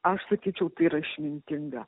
aš sakyčiautai yra išmintinga